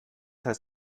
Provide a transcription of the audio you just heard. heißt